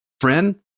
Friend